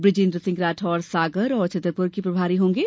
बुजेन्द्र सिंह राठौर सागर और छतरपुर के प्रभारी होंगे